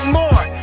more